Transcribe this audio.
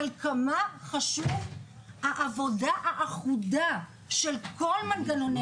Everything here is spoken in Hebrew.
כמה חשובה העבודה האחודה של כל מנגנוני